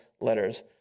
letters